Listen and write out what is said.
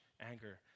anger